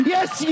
Yes